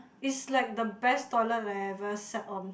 is like the best toilet that I ever sat on